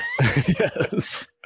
Yes